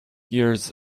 years